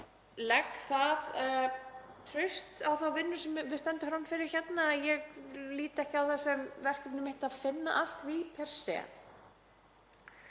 legg það traust á þá vinnu sem við stöndum frammi fyrir hérna að ég lít ekki á það sem verkefni mitt að finna að því per se.